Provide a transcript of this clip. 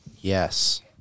Yes